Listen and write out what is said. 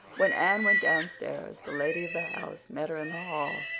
when anne went downstairs the lady of the house met her in the hall.